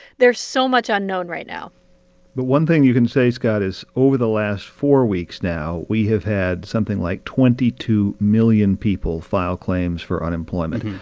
there's so much unknown right now but one thing you can say, scott, is over the last four weeks now, we have had something like twenty two million people file claims for unemployment.